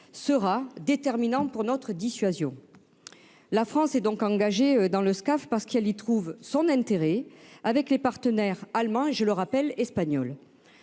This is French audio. sera déterminant pour notre dissuasion. La France est engagée dans le Scaf, car elle y trouve son intérêt, avec ses partenaires allemands et- ne l'oublions pas -espagnols.